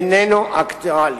איננו אקטואלי.